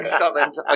summoned